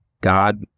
God